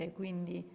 quindi